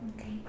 Okay